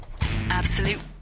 Absolute